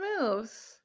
moves